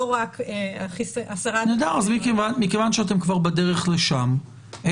לא רק הסרת --- אני יודע.